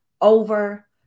over